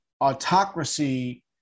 autocracy